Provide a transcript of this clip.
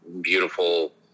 beautiful